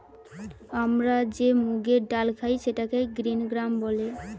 আমরা যে মুগের ডাল খাই সেটাকে গ্রিন গ্রাম বলে